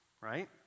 right